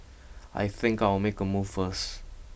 I think I'll make a move first